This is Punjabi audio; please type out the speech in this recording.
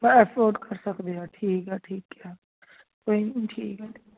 ਮੈਂ ਅਫੋਰਡ ਕਰ ਸਕਦੇ ਆ ਠੀਕ ਆ ਠੀਕ ਹੈ ਆ ਕੋਈ ਨਹੀਂ ਠੀਕ ਆ